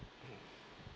mm